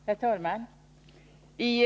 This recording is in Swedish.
Herr talman!